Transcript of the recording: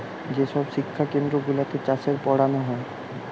যে সব শিক্ষা কেন্দ্র গুলাতে চাষের পোড়ানা হচ্ছে